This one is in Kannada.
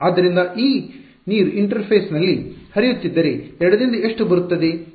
ಆದ್ದರಿಂದ ಈ ನೀರು ಇಂಟರ್ಫೇಸ್ನಲ್ಲಿ ಹರಿಯುತ್ತಿದ್ದರೆ ಎಡದಿಂದ ಎಷ್ಟು ಬರುತ್ತದೆ ಅದು ಎಷ್ಟು ಬಲಕ್ಕೆ ಹೋಗುತ್ತದೆ